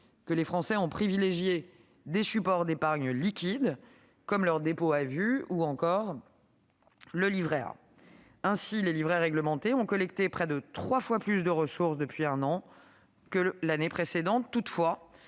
que les Français ont privilégié des supports d'épargne liquide tels que les dépôts à vue ou le livret A. Ainsi, les livrets réglementés ont collecté près de trois fois plus de ressources depuis un an que l'année précédente. Toutefois,